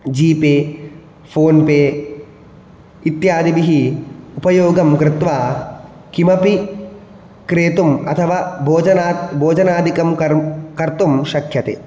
जी Pay PhonePe इत्यादिभिः उपयोगं कृत्वा किमपि क्रेतुं अथवा भोजनात् भोजनादिकं कर् कर्तुं शक्यते